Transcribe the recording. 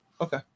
Okay